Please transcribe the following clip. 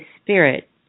Spirit